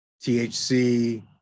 THC